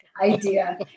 idea